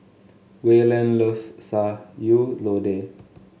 Wayland loves Sayur Lodeh